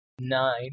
Nine